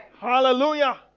Hallelujah